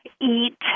eat